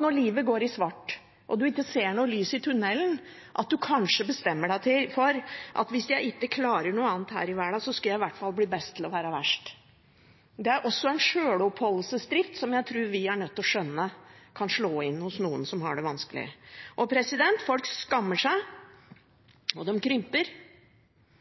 når livet går i svart, og man ikke ser noe lys i tunellen, at man kanskje bestemmer seg for at hvis jeg ikke klarer noe annet her i verden, skal jeg i hvert fall bli best til å være verst. Det er også en sjøloppholdelsesdrift som jeg tror vi er nødt til å skjønne kan slå inn hos noen som har det vanskelig. Og folk skammer seg,